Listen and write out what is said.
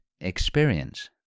experience